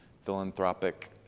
philanthropic